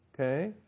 Okay